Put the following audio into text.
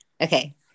Okay